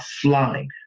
flying